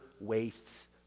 wastes